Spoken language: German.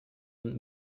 und